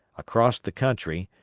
across the country,